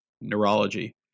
neurology